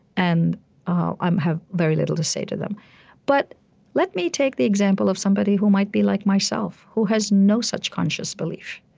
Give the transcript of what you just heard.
and i have very little to say to them but let me take the example of somebody who might be like myself, who has no such conscious belief,